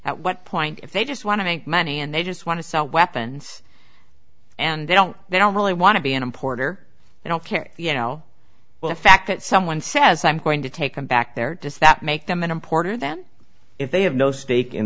at what point if they just want to make money and they just want to sell weapons and they don't they don't really want to be an importer they don't care you know well the fact that someone says i'm going to take them back there does that make them an importer them if they have no stake in